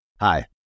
Hi